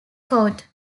coat